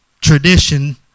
tradition